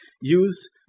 use